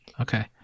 okay